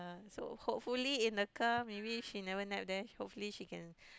so hopefully in the car maybe she never nap there hopefully she can